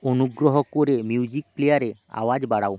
অনুগ্রহ করে মিউজিক প্লেয়ারে আওয়াজ বাড়াও